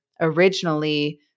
originally